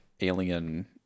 alien